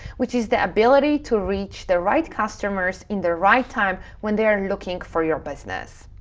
which is the ability to reach the right customers in the right time when they are looking for your business.